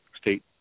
state